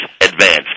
advance